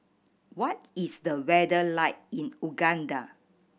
what is the weather like in Uganda